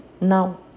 now